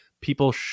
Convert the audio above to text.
people